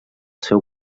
seu